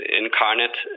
incarnate